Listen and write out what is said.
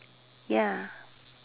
ya